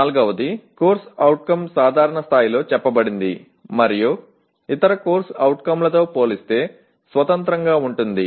నాల్గవది CO సాధారణ స్థాయిలో చెప్పబడింది మరియు ఇతర CO లతో పోలిస్తే స్వతంత్రంగా ఉంటుంది